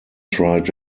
tried